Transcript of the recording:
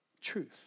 truth